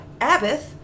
Abbott